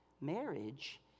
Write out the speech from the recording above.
marriage